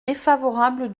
défavorable